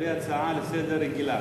לגבי הצעה לסדר-היום הרגילה.